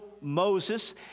Moses